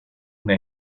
una